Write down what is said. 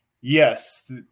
Yes